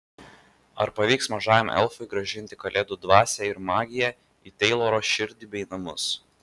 ar pavyks mažajam elfui grąžinti kalėdų dvasią ir magiją į teiloro širdį bei namus